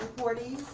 forty